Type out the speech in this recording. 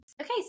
Okay